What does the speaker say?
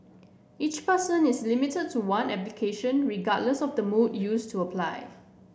each person is limited to one application regardless of the mode used to apply